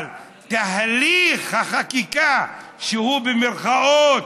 אבל "תהליך החקיקה" במירכאות,